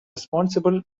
responsible